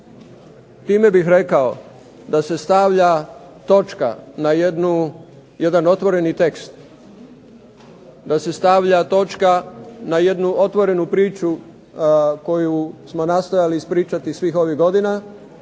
time bih rekao da se stavlja točka na jedan otvoreni tekst, da se stavlja točka na jednu otvorenu priču koju smo nastojali ispričati svih ovih godina